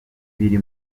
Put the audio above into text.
biri